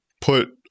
put